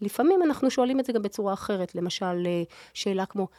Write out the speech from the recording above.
לפעמים אנחנו שואלים את זה גם בצורה אחרת, למשל, שאלה כמו...